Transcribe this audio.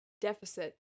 deficit